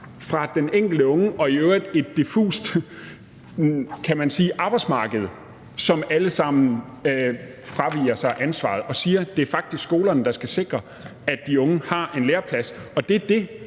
fra den enkelte unge og i øvrigt et, kan man sige, diffust arbejdsmarked, hvor alle fralægger sig ansvaret og siger, at det faktisk er skolerne, der skal sikre, at de unge har en læreplads. Og det er det,